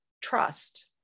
trust